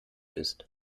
ist